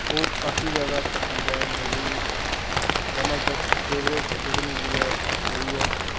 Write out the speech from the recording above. ओह् काफी जैदा पसंद ऐ मेरी वन आफ दी फेवरेट जेह्ड़ी मूवी ऐ ओह् ई ऐ